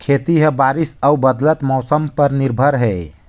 खेती ह बारिश अऊ बदलत मौसम पर निर्भर हे